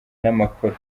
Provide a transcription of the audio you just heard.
n’amakoro